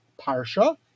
Parsha